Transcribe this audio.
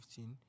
2015